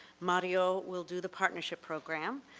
mario will do the partnership program.